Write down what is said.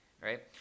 right